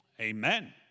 Amen